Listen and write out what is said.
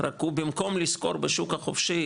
רק הוא במקום לשכור בשוק החופשי,